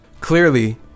Clearly